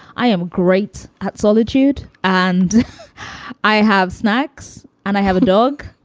i am great at solitude and i have snacks and i have a dog.